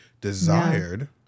desired